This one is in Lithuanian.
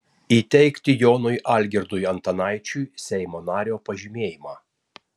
įteikti jonui algirdui antanaičiui seimo nario pažymėjimą